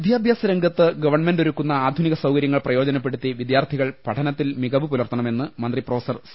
വിദ്യാഭ്യാസ് രംഗത്ത് ഗവൺമെന്റ് ഒരുക്കുന്ന ആധുനിക സൌകര്യങ്ങൾ പ്രയോജനപ്പെടുത്തി വിദ്യാർഥികൾ പഠനത്തിൽ മികവ് പുലർത്തണമെന്ന് മന്ത്രി പ്രൊഫസർ സി